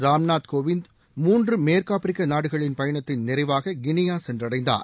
ராம்நாத் கோவிந்த் மூன்று மேற்கு ஆப்பிரிக்க நாடுகளின் பயணத்தின் நிறைவாக கினியா சென்றடைந்தார்